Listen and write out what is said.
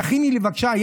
תכיני לי בבקשה.